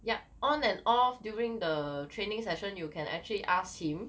yup on and off during the training session you can actually asked him